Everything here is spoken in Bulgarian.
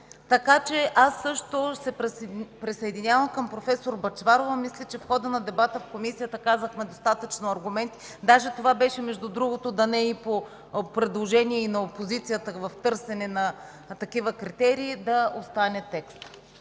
плащане. Аз също се присъединявам към проф. Бъчварова. Мисля, че в хода на дебата в Комисията казахме достатъчно аргументи. Даже това беше, между другото, да не е и по предложение на опозицията, в търсене на такива критерии, да остане текста.